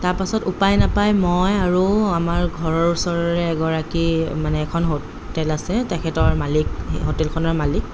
তাৰপাছত উপায় নাপায় মই আৰু আমাৰ ঘৰৰ ওচৰৰে এগৰাকী মানে এখন হোটেল আছে তেখেতৰ মালিক সেই হোটেলখনৰ মালিক